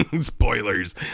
spoilers